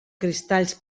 cristalls